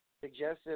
suggestive